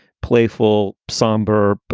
playful, somber, but